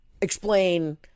explain